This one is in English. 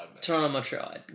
Toronto-Montreal